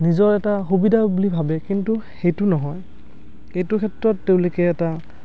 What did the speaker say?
নিজৰ এটা সুবিধা বুলি ভাবে কিন্তু সেইটো নহয় এইটো ক্ষেত্ৰত তেওঁলোকে এটা